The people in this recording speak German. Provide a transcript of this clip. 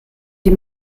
die